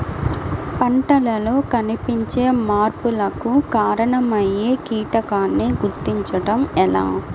పంటలలో కనిపించే మార్పులకు కారణమయ్యే కీటకాన్ని గుర్తుంచటం ఎలా?